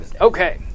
Okay